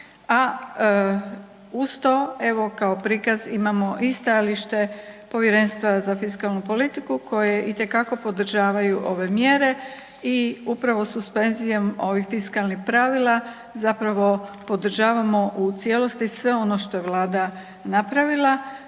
a uz to evo kao prikaz imamo i stajalište Povjerenstva za fiskalnu politiku koje itekako podržavaju ove mjere i upravo suspenzijom ovih fiskalnih pravila zapravo podržavamo u cijelosti sve ono što je vlada napravila